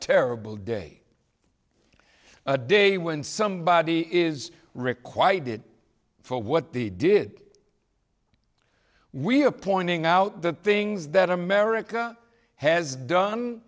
terrible day a day when somebody is required it for what they did we appointing out the things that america has done